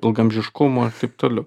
ilgaamžiškumo ir taip toliau